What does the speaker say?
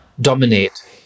dominate